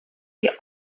die